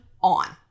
on